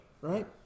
right